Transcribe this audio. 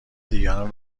دیگران